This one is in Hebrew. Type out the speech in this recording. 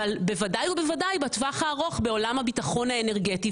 בוודאי ובוודאי בטווח הארוך בעולם הביטחון האנרגטי.